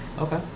Okay